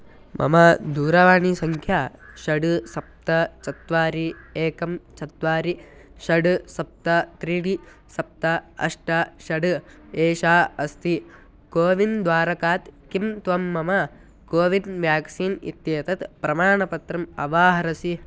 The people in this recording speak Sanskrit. मम दूरवाणीसङ्ख्या षड् सप्त चत्वारि एकं चत्वारि षड् सप्त त्रीणि सप्त अष्ट षड् एषा अस्ति कोविन् द्वारकात् किं त्वं मम कोविन् व्याक्सीन् इत्येतत् प्रमाणपत्रम् अवाहरसि